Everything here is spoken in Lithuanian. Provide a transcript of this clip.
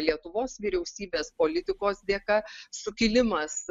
lietuvos vyriausybės politikos dėka sukilimas